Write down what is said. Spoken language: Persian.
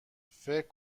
فکر